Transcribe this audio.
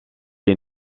est